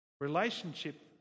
Relationship